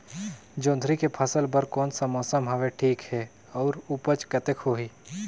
जोंदरी के फसल बर कोन सा मौसम हवे ठीक हे अउर ऊपज कतेक होही?